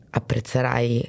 apprezzerai